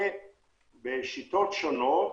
ובשיטות שונות